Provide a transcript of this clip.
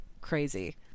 crazy